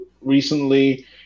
recently